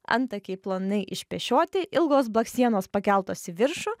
antakiai plonai išpešioti ilgos blakstienos pakeltos į viršų